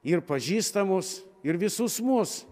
ir pažįstamus ir visus mus